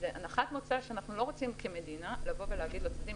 הנחת מוצא שאנחנו לא רוצים כמדינה להגיד לצדדים